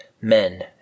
men